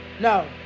No